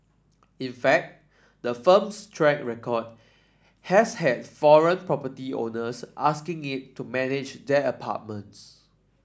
in fact the firm's track record has had foreign property owners asking it to manage their apartments